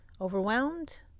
overwhelmed